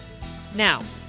Now